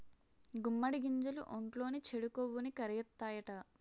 గుమ్మడి గింజలు ఒంట్లోని చెడు కొవ్వుని కరిగిత్తాయట